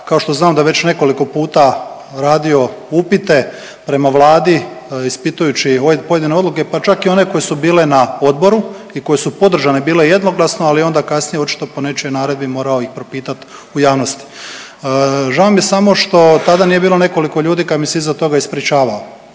Kao što znam da već nekoliko puta radio upite prema Vladi ispitujući pojedine odluke pa čak i one koje su bile na odboru i koje su podržane bile jednoglasno, ali je onda kasnije po nečijoj naredbi morao i propitat u javnosti. Žao mi je samo što tada nije bilo nekoliko ljudi kad mi se iza toga ispričavao.